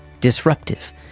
disruptive